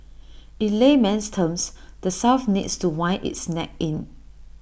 in layman's terms the south needs to wind its neck in